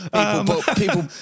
People